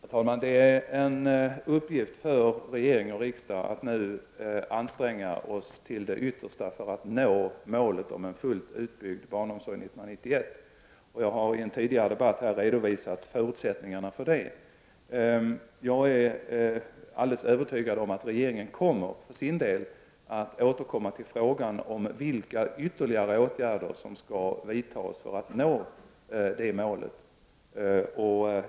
Herr talman! Det är en uppgift för regering och riksdag att nu anstränga sig till det yttersta för att nå målet om en fullt utbyggd barnomsorg år 1991. Jag har i en tidigare debatt här redovisat förutsättningarna för det. Jag är övertygad om att regeringen för sin del kommer att återkomma till frågan om vilka ytterligare åtgärder som skall vidtas för att målet skall nås.